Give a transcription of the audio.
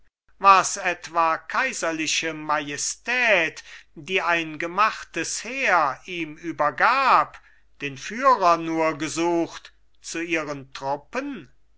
wars etwa kaiserliche majestät die ein gemachtes heer ihm übergab den führer nur gesucht zu ihren truppen